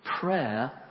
Prayer